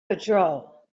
patrol